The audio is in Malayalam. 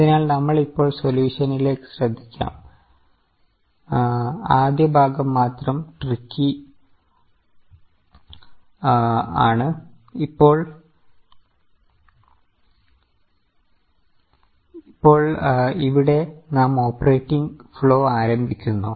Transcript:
അതിനാൽ നമ്മൾ ഇപ്പോൾ സൊലിയൂഷനിലേക്ക് ശ്രദ്ധിക്കാം ആദ്യ ഭാഗം മാത്രം ട്രിക്കിആണ് ഇപ്പോൾ ഇവിടെ നാം ഓപ്പറേറ്റിങ് ഫ്ലോ ആരംഭിക്കുന്നു